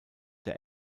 der